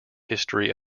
history